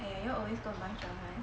!aiya! you all always go lunch [one] right